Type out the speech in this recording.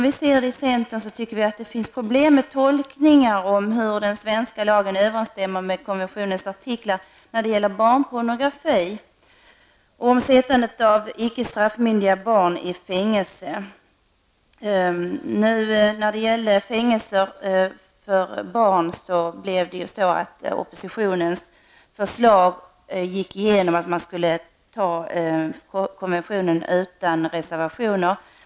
I centern tycker vi det finns problem med tolkningar om hur den svenska lagen överensstämmer med konventionens artiklar när det gäller barnpornografi och om sättande av icke straffmyndiga barn i fängelse. När det gäller fängelse för barn gick oppositionens förslag igenom att man skulle anta konventionen utan reservationer.